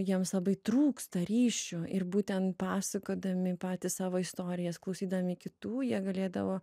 jiems labai trūksta ryšių ir būtent pasakodami patys savo istorijas klausydami kitų jie galėdavo